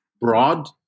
broad